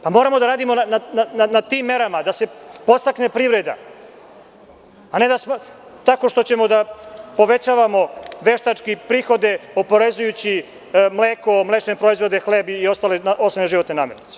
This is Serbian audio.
Pa, moramo da radimo na tim merama, da se podstakne privreda, a ne tako što ćemo da povećavamo veštački prihode, oporezujući mleko, mlečne proizvode, hleb i ostale životne namirnice.